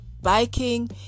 biking